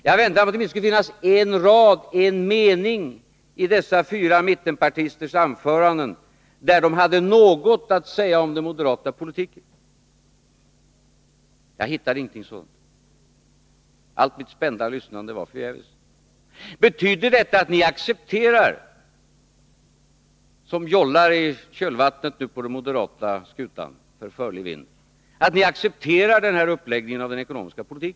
Jag väntade mig att åtminstone finna en rad eller en mening i dessa fyra mittenpartisters anföranden där de hade något att säga om den moderata politiken. Jag hittade ingenting sådant. Allt mitt spända lyssnade var förgäves. Betyder detta att ni accepterar, som jollar i kölvattnet på den moderata skutan, uppläggningen av en sådan ekonomisk politik?